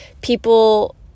people